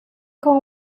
com